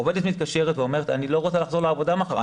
עובדת מתקשרת ואומרת שהיא לא רוצה לחזור לעבודה מחר.